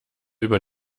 über